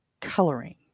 coloring